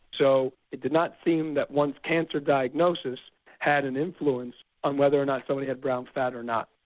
so it did not seem that one's cancer diagnosis had an influence on whether or not somebody had brown fat or not.